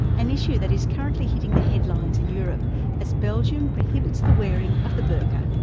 an issue that is currently hitting the headlines in europe as belgium prohibits the wearing of the burka.